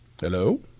Hello